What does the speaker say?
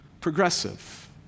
progressive